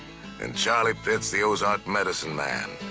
and charley pitts, the ozarks medicine man.